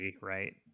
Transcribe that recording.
Right